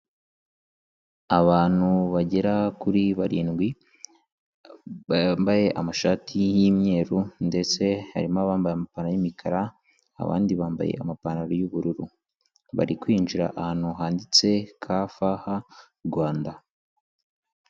Abantu bagera kuri barindwi, bambaye amashati y'imyeru ndetse harimo abambaye amapantaro y'umukara abandi bambaye amapantaro y'ubururu, bari kwinjira ahantu handitse KFH Rwanda.